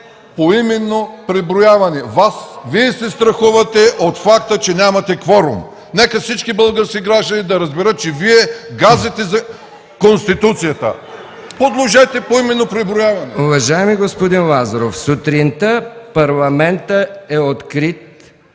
поименно преброяване! Вие се страхувате от факта, че нямате кворум! Нека всички български граждани да разберат, че Вие газите Конституцията! Направете поименно преброяване. ПРЕДСЕДАТЕЛ МИХАИЛ МИКОВ: Уважаеми господин Лазаров, сутринта парламентът е открит